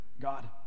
God